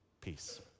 Peace